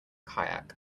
kayak